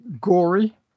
gory